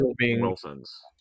Wilson's